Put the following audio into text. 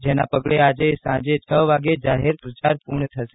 જેના પગલે આજે સાંજે છ વાગે જાહેર પ્રચાર પૂર્ણ થશે